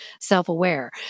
self-aware